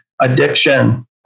addiction